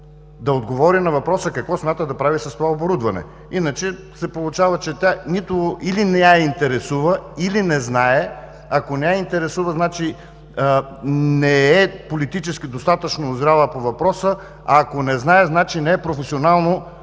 да отговори на въпроса, какво смята да прави с това оборудване. Иначе се получава, че или не я интересува, или не знае. Ако не я интересува, значи не е политически достатъчно узряла по въпроса, ако не знае, значи не е професионално